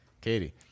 Katie